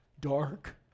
dark